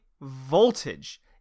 voltage